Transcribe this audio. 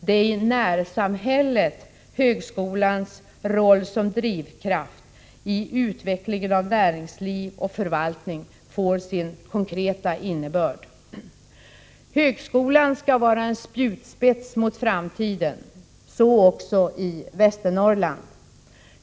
Det är i närsamhället högskolans roll som drivkraft i utvecklingen av näringsliv och förvaltning får sin konkreta innebörd. Högskolan skall vara ”en spjutspets mot framtiden”. Så också i Västernorrland.